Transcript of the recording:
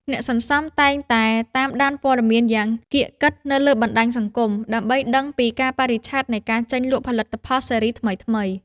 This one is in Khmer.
អ្នកសន្សំតែងតែតាមដានព័ត៌មានយ៉ាងកៀកកិតនៅលើបណ្ដាញសង្គម ដើម្បីដឹងពីកាលបរិច្ឆេទនៃការចេញលក់ផលិតផលស៊េរីថ្មីៗ។